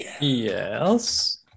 Yes